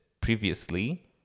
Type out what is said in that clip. previously